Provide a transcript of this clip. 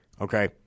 okay